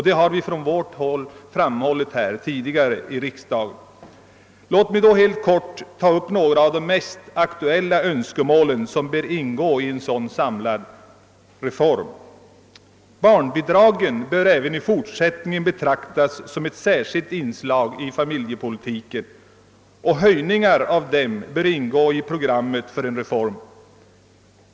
Det har vi från vårt håll framhållit tidigare i riksdagen. Låt mig helt kort ta upp några av de mest aktuella önskemål som bör ingå i en sådan samlad reform. Barnbidragen bör även i fortsättningen betraktas som ett särskilt inslag i familjepolitiken, och höjningar av dem bör ingå i programmet för en reform.